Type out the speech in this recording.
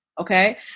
Okay